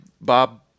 Bob